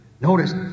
Notice